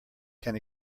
can